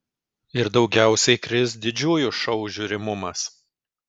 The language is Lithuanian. ir daugiausiai kris didžiųjų šou žiūrimumas